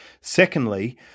Secondly